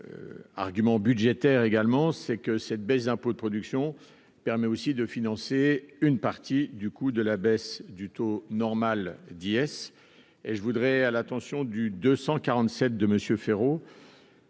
argument budgétaire également, c'est que cette baisse d'impôts de production permet aussi de financer une partie du coût de la baisse du taux normal d'IS et je voudrais, à l'attention du 247 de Monsieur